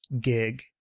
gig